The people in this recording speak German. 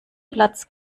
platz